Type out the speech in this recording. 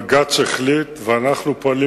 שאפשר לראות